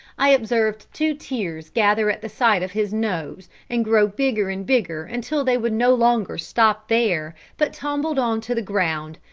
i observed two tears gather at the side of his nose, and grow bigger and bigger until they would no longer stop there, but tumbled on to the ground.